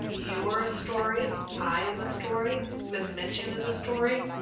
you are a story i am a story miss minchin is a story.